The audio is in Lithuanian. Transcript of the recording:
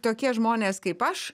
tokie žmonės kaip aš